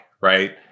right